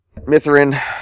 Mithrin